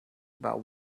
about